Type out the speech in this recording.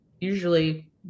usually